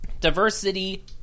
Diversity